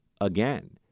again